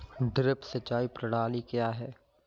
Drip सिंचाई प्रणाली क्या है?